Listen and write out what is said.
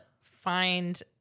find